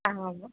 ஆமாம்ங்க